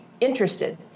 interested